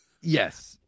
yes